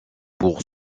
pour